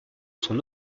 son